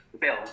bill